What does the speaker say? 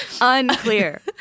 Unclear